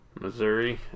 Missouri